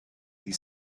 die